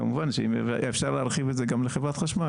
כמובן שאם אפשר היה להרחיב את זה לחברת החשמל,